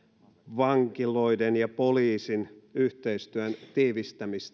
vankiloiden ja poliisin yhteistyön tiivistämiseen